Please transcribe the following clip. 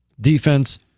Defense